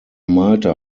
malte